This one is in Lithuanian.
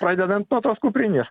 pradedant nuo tos kuprinės